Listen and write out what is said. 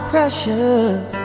Precious